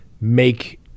make